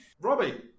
Robbie